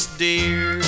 dear